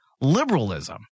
liberalism